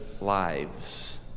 lives